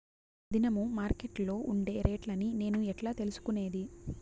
దినము మార్కెట్లో ఉండే రేట్లని నేను ఎట్లా తెలుసుకునేది?